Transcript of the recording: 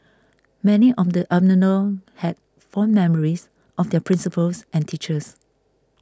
many on the had fond memories of their principals and teachers